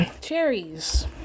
Cherries